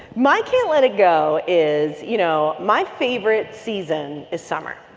my can't let it go is, you know, my favorite season is summer.